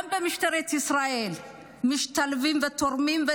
הם משתלבים ותורמים גם במשטרת ישראל,